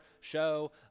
show